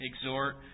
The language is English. exhort